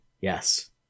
Yes